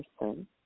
person